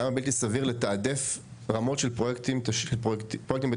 למה בלתי סביר לתעדף רמות של פרויקטים ותשתיות?